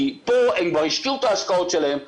כי פה הם כבר השקיעו את ההשקעות שלהם,